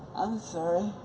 i'm sorry,